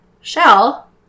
shell